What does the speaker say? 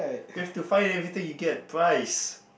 we've to find everything he get twice